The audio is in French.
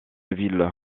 ville